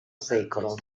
secolo